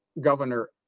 Governor